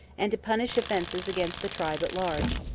and to punish offences against the tribe at large.